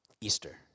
Easter